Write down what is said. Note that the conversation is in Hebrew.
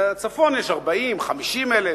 בצפון יש 40,000 50,000,